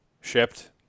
shipped